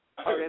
Okay